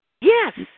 Yes